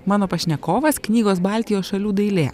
mano pašnekovas knygos baltijos šalių dailė